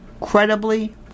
incredibly